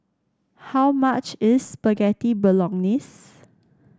how much is Spaghetti Bolognese